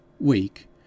weak